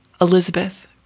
Elizabeth